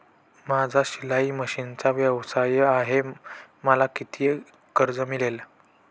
माझा शिलाई मशिनचा व्यवसाय आहे मला किती कर्ज मिळेल?